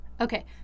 Okay